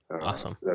Awesome